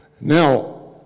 Now